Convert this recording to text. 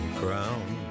ground